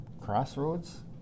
crossroads